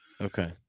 Okay